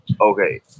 Okay